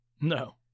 No